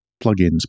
plugins